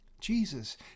Jesus